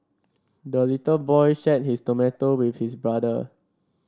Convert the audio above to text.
the little boy shared his tomato with his brother